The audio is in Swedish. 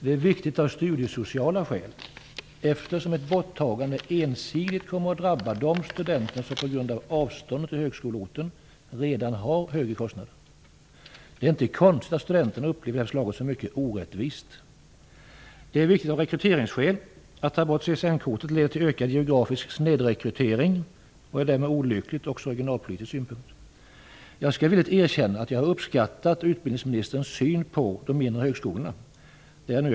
Det är viktigt av studiesociala skäl, eftersom ett borttagande ensidigt kommer att drabba de studenter som på grund av avståndet till högskoleorten redan har högre kostnader. Det är inte konstigt att studenterna upplever detta förslag som mycket orättvist. Det är viktigt av rekryteringsskäl att behålla CSN kortet. Att ta bort det leder till ökad geografisk snedrekrytering. Därmed är det olyckligt också från regionalpolitisk synpunkt. Jag skall villigt erkänna att jag har uppskattat utbildningsministerns syn på de mindre högskolorna.